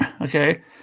okay